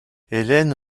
hélène